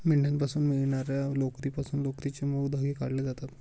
मेंढ्यांपासून मिळणार्या लोकरीपासून लोकरीचे मऊ धागे काढले जातात